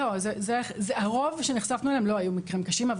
לא, זה, הרוב שנחשפנו אליהם לא היו מקרים קשים.